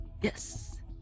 yes